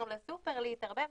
להתערבב,